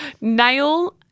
nail